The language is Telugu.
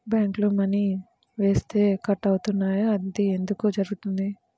బ్యాంక్లో మని వేస్తే కట్ అవుతున్నాయి అది ఎందుకు జరుగుతోంది?